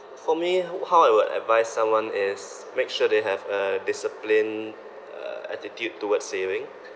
for me how I would advise someone is make sure they have a disciplined uh attitude towards saving